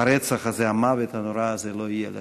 והרצח הזה, המוות הנורא הזה, לא יהיה לשווא.